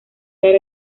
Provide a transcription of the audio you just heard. tal